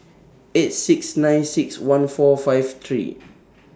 eight six nine six one four five three